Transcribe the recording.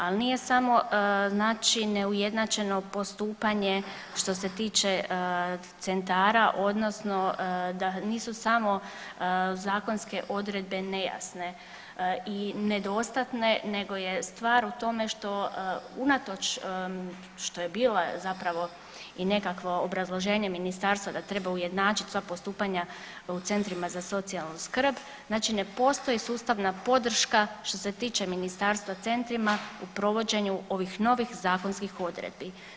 Ali nije samo znači neujednačeno postupanje što se tiče centara odnosno da nisu samo zakonske odredbe nejasne i nedostatne nego je stvar u tome unatoč što je bilo zapravo i nekakvo obrazloženje ministarstva da treba ujednačiti sva postupanja u centrima za socijalnu skrb, znači ne postoji sustava podrška što se tiče ministarstva centrima u provođenju ovih novih zakonskih odredbi.